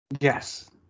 yes